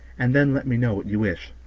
and then let me know what you wish.